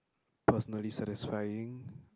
personally satisfying